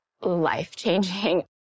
life-changing